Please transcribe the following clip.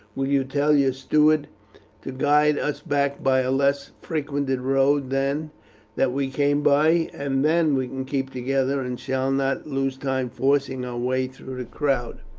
will you tell your steward to guide us back by a less frequented road than that we came by, and then we can keep together and shall not lose time forcing our way through the crowd.